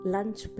Lunch